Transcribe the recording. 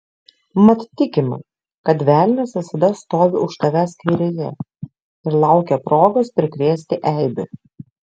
mat tikima kad velnias visada stovi už tavęs kairėje ir laukia progos prikrėsti eibių